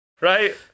right